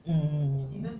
mm